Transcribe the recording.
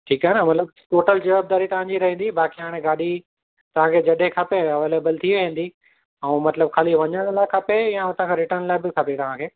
ठीकु आहे न मतलबु टोटल जवाबदारी तव्हांजी रहंदी बाक़ी हाणे गाॾी तव्हांखे जॾहिं खपे एवेलेबल थी वेंदी ऐं मतलबु ख़ाली वञण लाइ खपे या त रिटर्न लाइ बि खपे तव्हांखे